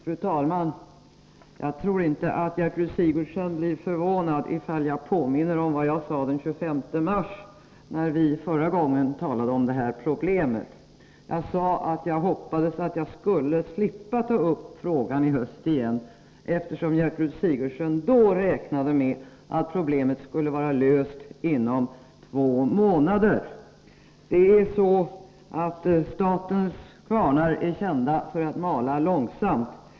Fru talman! Jag tror inte att Gertrud Sigurdsen blir förvånad om jag påminner om vad jag sade den 25 mars, när vi förra gången talade om det här problemet. Jag sade att jag hoppades att jag skulle slippa ta upp frågan i höst igen, eftersom Gertrud Sigurdsen vid det tillfället räknade med att problemet skulle vara löst inom två månader. Statens kvarnar är kända för att mala långsamt.